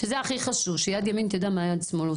זה הכי חשוב, שיד ימין תדע מה יד שמאל עושה.